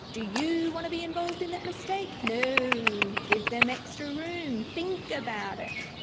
do you want to be involved in that mistake? no. give them extra room. think about it.